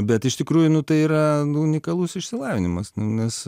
bet iš tikrųjų nu tai yra unikalus išsilavinimas nu nes